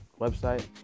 website